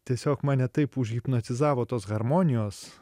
tiesiog mane taip užhipnotizavo tos harmonijos